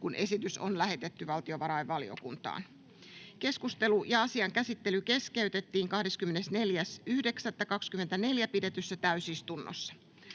kun esitys on lähetetty valtiovarainvaliokuntaan. Keskustelu ja asian käsittely keskeytettiin 24.9.2024 pidetyssä täysistunnossa.